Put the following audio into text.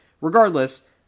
regardless